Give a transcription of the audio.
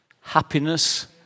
happiness